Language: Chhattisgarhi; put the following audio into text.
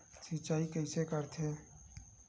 सिंचाई कइसे करथे?